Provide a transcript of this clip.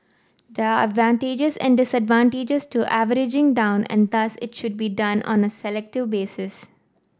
there are advantages and disadvantages to averaging down and thus it should be done on a selective basis